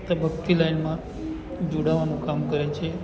ત ભક્તિ લાઇનમાં જોડાવાનું કામ કરે છે